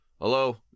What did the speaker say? hello